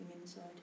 inside